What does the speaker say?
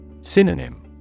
Synonym